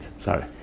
Sorry